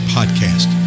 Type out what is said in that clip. Podcast